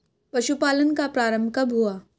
पशुपालन का प्रारंभ कब हुआ?